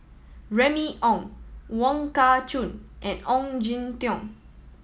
Remy Ong Wong Kah Chun and Ong Jin Teong